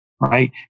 right